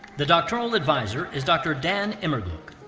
the doctoral advisor is dr. dan immergluck.